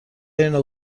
اینو